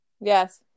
yes